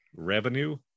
revenue